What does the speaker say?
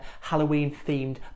Halloween-themed